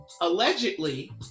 Allegedly